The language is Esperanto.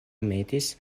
metis